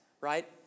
right